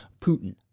Putin